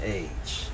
age